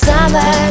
Summer